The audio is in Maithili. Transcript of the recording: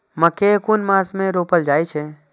मकेय कुन मास में रोपल जाय छै?